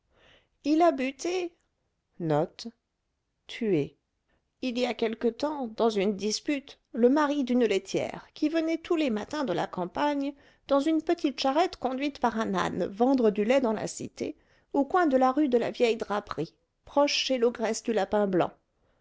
il a buté il y a quelque temps dans une dispute le mari d'une laitière qui venait tous les matins de la campagne dans une petite charrette conduite par un âne vendre du lait dans la cité au coin de la rue de la vieille draperie proche chez l'ogresse du